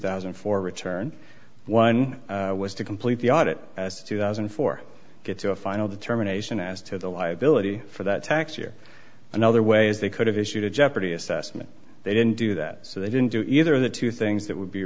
thousand and four return one was to complete the audit as a two thousand and four get to a final determination as to the liability for that tax year another way is they could have issued a jeopardy assessment they didn't do that so they didn't do either of the two things that would be